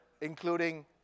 including